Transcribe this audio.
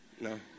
No